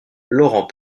laurent